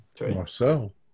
Marcel